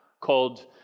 called